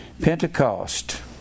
Pentecost